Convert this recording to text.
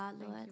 Lord